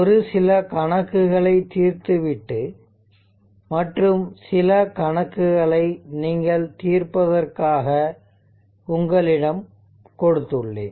ஒரு சில கணக்குகளை தீர்த்துவிட்டு மற்றும் சில கணக்குகளை நீங்கள் தீர்ப்பதற்காக உங்களிடம் கொடுத்துள்ளேன்